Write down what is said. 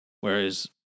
Whereas